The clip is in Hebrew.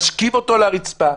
משכיב אותו על הרצפה,